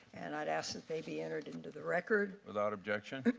and i would ask that they be entered into the record. without objection.